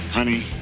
honey